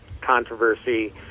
controversy